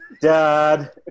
dad